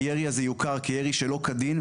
הירי הזה יוכר כירי שלא כדין,